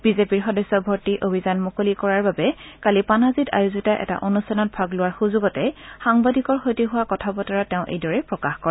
বিজেপিৰ সদস্য ভৰ্তি অভিযান মুকলি কৰাৰ বাবে কালি পানাজীত আয়োজিত এটা অনুষ্ঠানত ভাগ লোৱাৰ সুযোগতে সাংবাদিকৰ সৈতে হোৱা কথা বতৰাত তেওঁ এইদৰে প্ৰকাশ কৰে